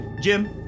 Jim